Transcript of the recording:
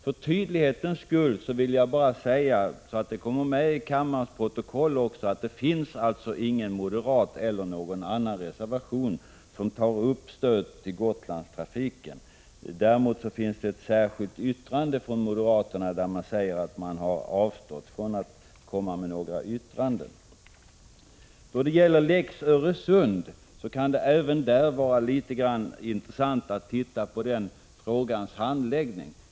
För tydlighetens skull vill jag bara säga, så att det kommer med i kammarens protokoll, att det finns ingen moderat eller någon annan reservation som tar upp stöd till Gotlandstrafiken. Däremot finns det ett särskilt yttrande från moderaterna, där de säger att de avstår från att komma med något yrkande. Även då det gäller lex Öresund kan det vara intressant att titta på frågans handläggning.